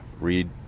read